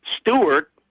Stewart